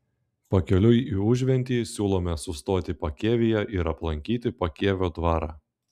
pakeliui į užventį siūlome sustoti pakėvyje ir aplankyti pakėvio dvarą